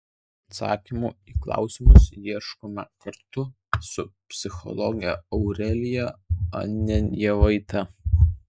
atsakymų į klausimus ieškome kartu su psichologe aurelija ananjevaite